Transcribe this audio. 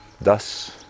thus